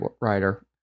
writer